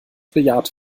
bejaht